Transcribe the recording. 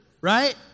right